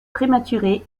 prématurée